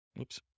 Oops